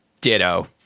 ditto